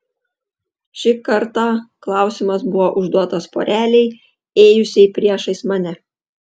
ši kartą klausimas buvo užduotas porelei ėjusiai priešais mane